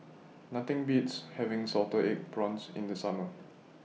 Nothing Beats having Salted Egg Prawns in The Summer